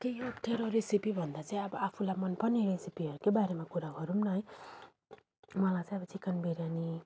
केही अप्ठ्यारो रेसेपी भन्दा चाहिँ अब आफूलाई मन पर्ने रेसेपीहरकै बारेमा कुरा गरौँ न है मलाई चाहिँ अब चिकन बिरयानी